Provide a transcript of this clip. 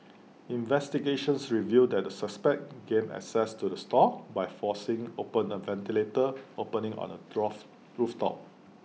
investigations revealed that the suspects gained access to the stall by forcing open A ventilator opening on the roof top